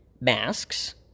masks